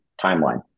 timeline